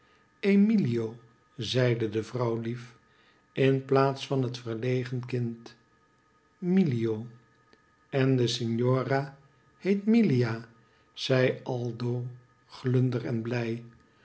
emilio zeide de vrouw lief in plaats van het verlegen kind milio en de signora heet milia zei aldo glunder en blij